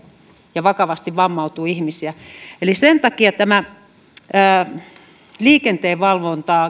ja vakavasti vammautuu ihmisiä eli sen takia tämä resurssien lisääminen myös liikenteen valvontaan